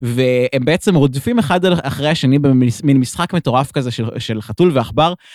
והם בעצם רודפים אחד אחרי השני במין משחק מטורף כזה של חתול ועכבר.